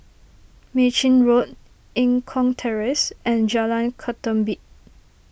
Mei Chin Road Eng Kong Terrace and Jalan Ketumbit